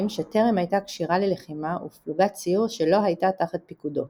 שטרם הייתה כשירה ללחימה ופלוגת סיור שלא הייתה תחת פיקודו.